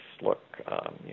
look